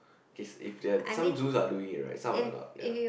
okay if they're some zoos are doing it right some are not ya